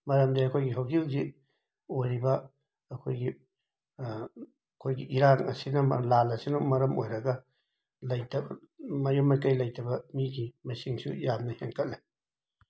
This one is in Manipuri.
ꯃꯔꯝꯗꯤ ꯑꯩꯈꯣꯏꯒꯤ ꯍꯧꯖꯤꯛ ꯍꯧꯖꯤꯛ ꯑꯣꯏꯔꯤꯕ ꯑꯩꯈꯣꯏꯒꯤ ꯑꯩꯈꯣꯏꯒꯤ ꯏꯔꯥꯡ ꯑꯁꯤꯅ ꯑꯁꯤꯅ ꯂꯥꯜ ꯑꯁꯤꯅ ꯃꯔꯝ ꯑꯣꯏꯔꯒ ꯂꯩꯇꯕ ꯃꯌꯨꯝ ꯃꯀꯩ ꯂꯩꯇꯕ ꯃꯤꯒꯤ ꯃꯁꯤꯡꯁꯨ ꯌꯥꯝꯅ ꯍꯦꯟꯒꯠꯂꯦ